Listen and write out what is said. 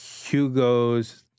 Hugo's